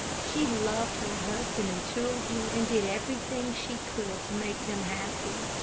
she loved her husband and children, and did everything she could to make them happy.